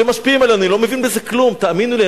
אני לא מבין בזה כלום, תאמינו לי.